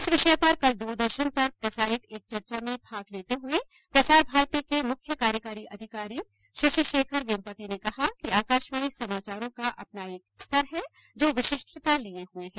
इस विषय पर कल द्रदर्शन पर प्रसारित एक चर्चा में भाग लेते हुए प्रसार भारती के मुख्य कार्यकारी अधिकारी शशिशेखर वेम्पती ने कहा कि आकाशवाणी समाचारों का अपना एक स्तर है जो विशिष्टता लिये हुए है